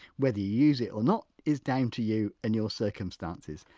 whether you use it or not is down to you and your circumstances.